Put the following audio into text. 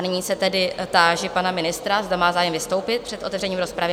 Nyní se tedy táži pana ministra, zda má zájem vystoupit před otevřením rozpravy?